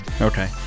Okay